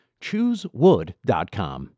Choosewood.com